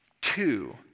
Two